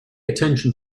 attention